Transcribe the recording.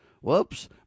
Whoops